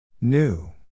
New